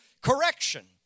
correction